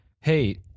hey